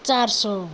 चार सय